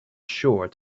sure